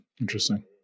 Interesting